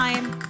Time